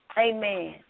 Amen